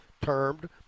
termed